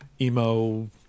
emo